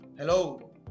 Hello